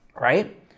right